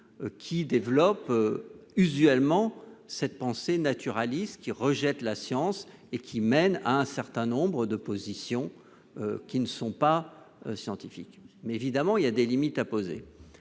développe usuellement cette pensée naturaliste, qui rejette la science et conduit à un certain nombre de positions non scientifiques. Évidemment, il y a des limites à poser,